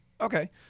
Okay